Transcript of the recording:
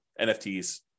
NFTs